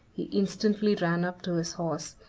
he instantly ran up to his horse,